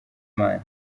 imana